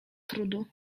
trudu